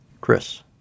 Chris